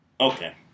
Okay